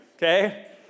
Okay